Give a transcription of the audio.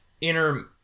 inner